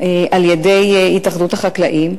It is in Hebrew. על-ידי התאחדות החקלאים,